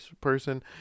person